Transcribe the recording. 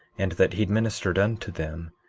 and that he had ministered unto them,